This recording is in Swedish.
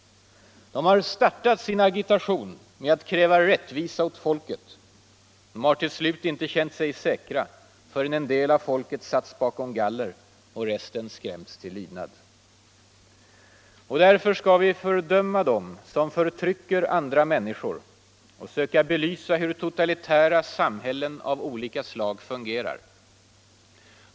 De har startat sin agitation med att kräva rättvisa åt folket. De har till slut inte känt sig säkra förrän en del av folket satts bakom galler och resten skrämts till lydnad. Därför skall vi fördöma dem som förtrycker andra människor och söka belysa hur totalitära samhällen av olika slag fungerar.